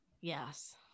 Yes